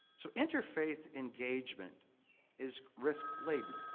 so interfaith engagement is risk laden.